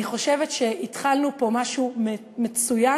אני חושבת שהתחלנו פה משהו מצוין,